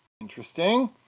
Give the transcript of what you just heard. Interesting